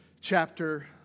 chapter